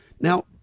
Now